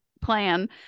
plan